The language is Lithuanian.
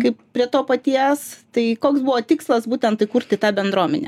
kaip prie to paties tai koks buvo tikslas būtent įkurti tą bendruomenę